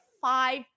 five